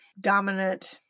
dominant